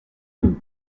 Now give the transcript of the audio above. vous